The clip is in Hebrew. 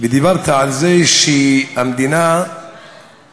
ודיבר על זה שהמדינה נכשלה.